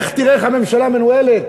לך תראה איך הממשלה מנוהלת.